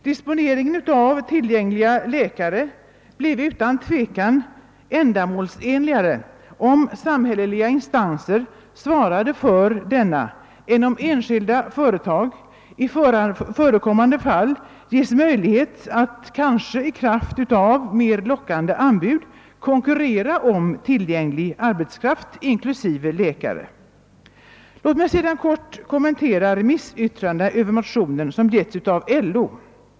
Disponerandet av tillgängliga läkare blir utan tvekan mer ändamålsenligt om samhälleliga instanser svarar för denna vård än om enskilda företag i förekommande fall ges möjlighet att kanske i kraft av mer lockande anbud konkurrera om tillgänglig arbetskraft inklusive läkare. Låt mig sedan kort få kommentera det remissyttrande över motionerna son avgetts av LO.